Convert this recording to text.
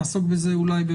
נעסוק בזה אולי,